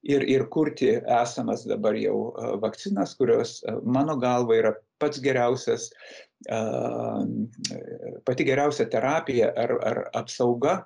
ir ir kurti esamas dabar jau vakcinas kurios mano galva yra pats geriausias a pati geriausia terapija ar ar apsauga